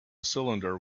cylinder